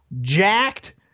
jacked